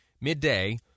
Midday